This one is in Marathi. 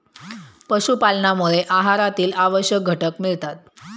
पशुपालनामुळे आहारातील आवश्यक घटक मिळतात